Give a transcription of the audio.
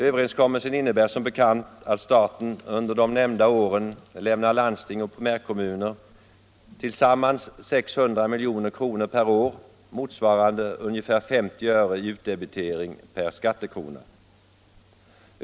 Överenskommelsen innebär som bekant att staten under de nämnda åren lämnar landsting och primärkommuner tillsammans 600 milj.kr. per år, motsvarande ungefär 50 öre i utdebitering per skattekrona.